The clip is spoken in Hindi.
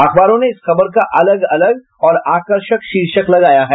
अखबारों ने इस खबर का अलग अलग और आर्कषक शीर्षक लगाया है